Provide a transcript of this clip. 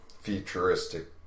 futuristic